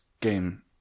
game